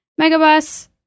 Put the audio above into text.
Megabus